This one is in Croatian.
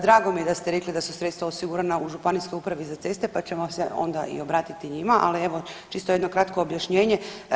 Drago mi je da ste rekli da su sredstva osigurana u Županijskoj upravi za ceste, pa ćemo se onda i obratiti njima, ali evo čisto jedno kratko objašnjenje.